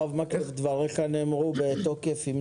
הרב מקלב, דבריך נאמרו בתוקף.